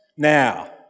Now